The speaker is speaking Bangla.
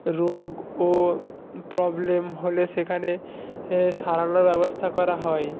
রোগ ও প্রবলেম হলে সেখানে সারানোর ব্যবস্থা করা হয়